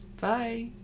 bye